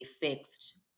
fixed